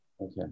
Okay